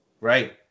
right